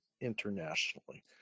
internationally